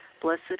Blessed